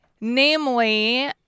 Namely